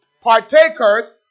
Partakers